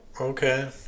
okay